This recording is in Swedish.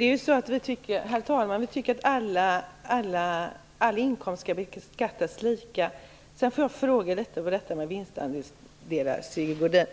Herr talman! Vi tycker att all inkomst skall beskattas lika. Sigge Godin